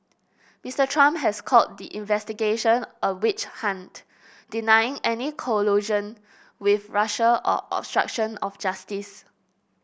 Mister Trump has called the investigation a witch hunt denying any collusion with Russia or obstruction of justice